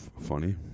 funny